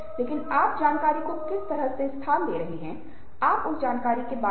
लेकिन फिर हम कैसे सहानुभूतिपूर्ण होते हैं